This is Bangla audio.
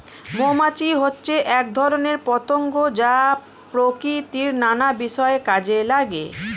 মৌমাছি হচ্ছে এক ধরনের পতঙ্গ যা প্রকৃতির নানা বিষয়ে কাজে লাগে